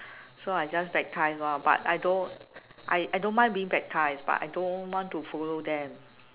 so I just baptise lor but I don't I I don't mind being baptised but I don't want to follow them